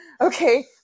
okay